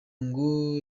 ngo